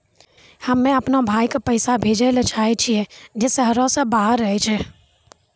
हम्मे अपनो भाय के पैसा भेजै ले चाहै छियै जे शहरो से बाहर रहै छै